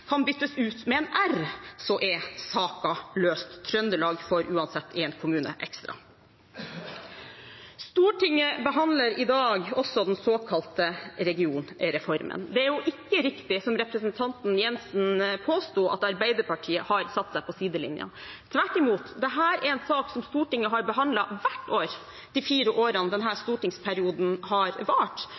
kan byttes ute med en R, er saken løst. Trøndelag får uansett en kommune ekstra. Stortinget behandler i dag også den såkalte regionreformen. Det er ikke riktig, som representanten Jenssen påsto, at Arbeiderpartiet har satt seg på sidelinja. Tvert imot, dette er en sak som Stortinget har behandlet hvert år de fire årene denne stortingsperioden har vart,